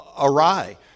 awry